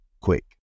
quick